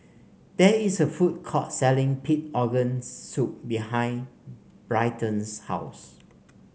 there is a food court selling Pig Organ Soup behind Britton's house